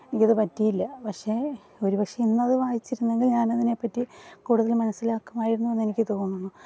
എനിക്കത് പറ്റിയില്ല പക്ഷെ ഒരു പക്ഷെ ഇന്നത് വായിച്ചിരുന്നെങ്കില് ഞാനതിനെപ്പറ്റി കൂടുതല് മനസ്സിലാക്കുമായിരുന്നുവെന്ന് എനിക്ക് തോന്നുന്നു